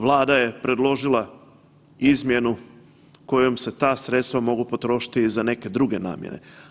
Vlada je predložila izmjenu kojom se ta sredstva mogu potrošiti i za neke druge namjene.